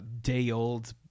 day-old